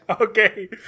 Okay